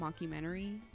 mockumentary